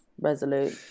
resolute